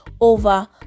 over